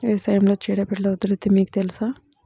వ్యవసాయంలో చీడపీడల ఉధృతి మీకు తెలుసా?